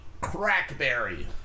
crackberry